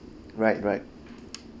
right right